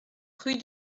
rue